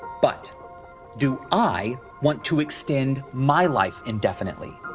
but do i want to extend my life indefinitely?